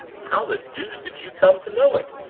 how the deuce did you come to know it?